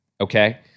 okay